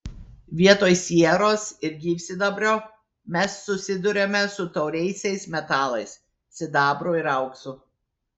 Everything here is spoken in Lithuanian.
vietoj sieros ir gyvsidabrio mes susiduriame su tauriaisiais metalais sidabru ir auksu